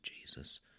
Jesus